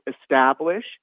establish